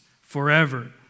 forever